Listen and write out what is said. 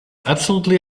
absolutely